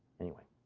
anyway.